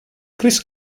chris